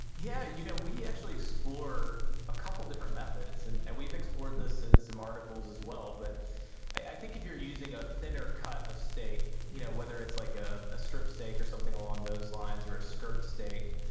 yeah, you know we actually explore a couple of different methods and and we've explored this in some articles as well. but i think if you're using a thinner cut of steak, you know whether it's like a a strip steak or something along those lines or a skirt steak,